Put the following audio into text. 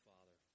Father